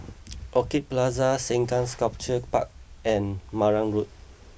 Orchid Plaza Sengkang Sculpture Park and Marang Road